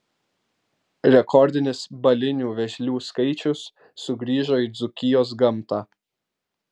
rekordinis balinių vėžlių skaičius sugrįžo į dzūkijos gamtą